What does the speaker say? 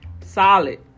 Solid